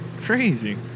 crazy